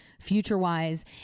future-wise